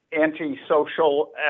antisocial